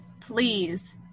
please